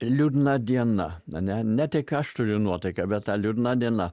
liūdna diena mane ne tik aš turiu nuotaiką bet ta liūdna diena